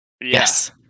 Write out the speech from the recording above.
Yes